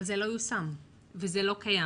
אבל זה לא יושם וזה לא קיים.